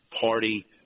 Party